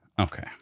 okay